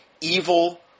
evil